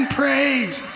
praise